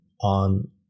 on